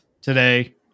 today